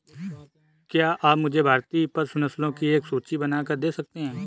क्या आप मुझे भारतीय पशु नस्लों की एक सूची बनाकर दे सकते हैं?